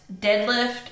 deadlift